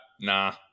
Nah